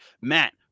Matt